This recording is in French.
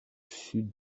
sud